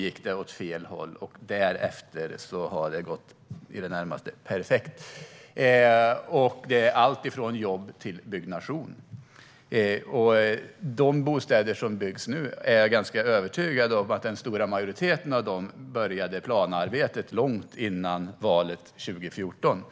gick åt fel håll och att det därefter har gått i det närmaste perfekt. Det gäller alltifrån jobb till byggnation. Jag är ganska övertygad om att för en stor majoritet av de bostäder som nu byggs började planarbetet långt före valet 2014.